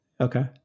okay